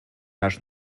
наш